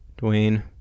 Dwayne